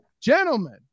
gentlemen